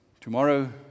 Tomorrow